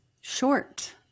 short